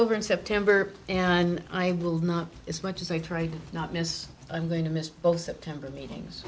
over in september and i will not as much as i try to not miss i'm going to miss both september meetings